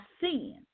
sin